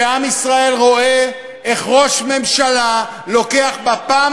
שעם ישראל רואה איך ראש ממשלה לוקח בפעם